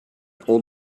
old